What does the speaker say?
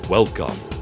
Welcome